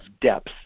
depth